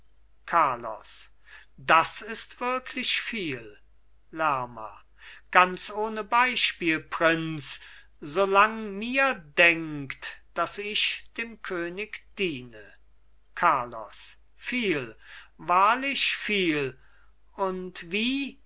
carlos das ist wirklich viel lerma ganz ohne beispiel prinz solang mir denkt daß ich dem könig diene carlos viel wahrlich viel und wie